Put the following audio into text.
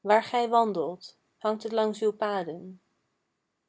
waar gij wandelt hangt het langs uw paden